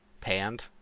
Panned